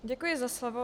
Děkuji za slovo.